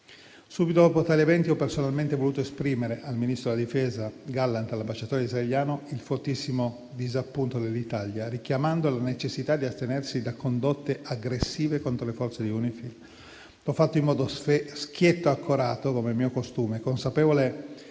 Subito dopo tali eventi, ho personalmente voluto esprimere al ministro della difesa Gallant e all'ambasciatore israeliano il fortissimo disappunto dell'Italia, richiamando la necessità di astenersi da condotte aggressive contro le forze di UNIFIL. L'ho fatto in modo schietto e accorato, com'è mio costume, consapevole